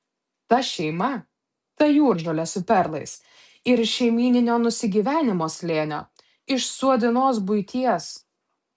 ta šeima ta jūržolė su perlais ir iš šeimyninio nusigyvenimo slėnio iš suodinos buities